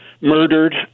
murdered